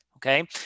Okay